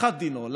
שאחת דינו,